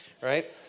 right